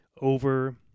over